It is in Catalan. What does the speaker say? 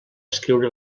escriure